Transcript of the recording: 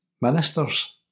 ministers